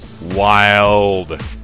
Wild